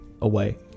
away